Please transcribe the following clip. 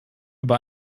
über